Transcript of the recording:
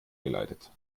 geleitet